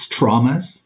traumas